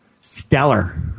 Stellar